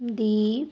ਦੀ